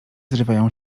zrywają